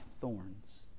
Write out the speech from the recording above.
thorns